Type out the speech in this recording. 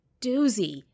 doozy